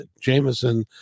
Jameson